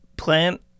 plant